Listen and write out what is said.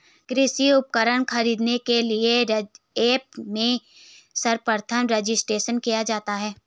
कृषि उपकरण खरीदने के लिए ऐप्स में सर्वप्रथम रजिस्ट्रेशन किया जाता है